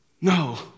no